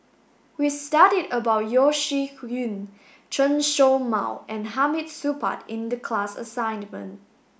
we studied about Yeo Shih Yun Chen Show Mao and Hamid Supaat in the class assignment